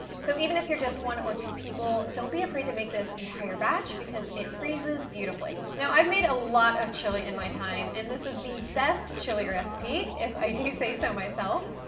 so, even if you're just one or two people, don't be afraid to make this entire batch because it freezes beautifully. now i've made a lot of chili in my time, and this is the best chili recipe, if i do say so myself,